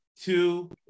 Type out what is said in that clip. two